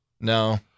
No